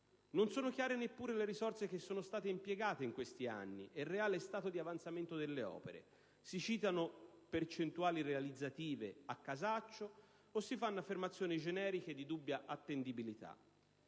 Non sono chiare neppure le risorse che sono state impiegate in questi anni e il reale stato di avanzamento delle opere. Si citano percentuali realizzative a casaccio, o si fanno affermazioni generiche di dubbia attendibilità.